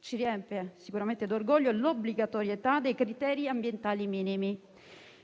Ci riempie sicuramente d'orgoglio l'obbligatorietà dei criteri ambientali minimi.